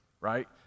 right